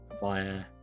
via